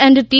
and T